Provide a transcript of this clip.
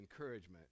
encouragement